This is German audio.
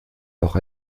auch